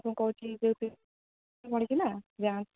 ମୁଁ କହୁଛି ପଡ଼ିଛି ନା ଯା